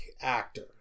actor